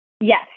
Yes